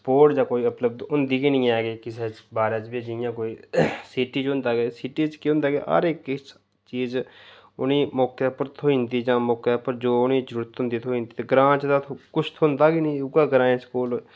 sport जां कोई उपलब्ध होंदी गै नेईं ऐ के किसे बारै च बी जि'यां कोई सिटी च होंदा के सिटी च केह् होंदा के हर इक किश चीज उ'नेंगी मौके पर थ्होई जंदी जां मौके पर जो उ'नेंगी जरूरत होंदी थ्होई जंदी ते ग्रांऽ च कुछ थ्होंदा गै नेईं उ'यै ग्राएं स्कूल